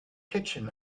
kitchen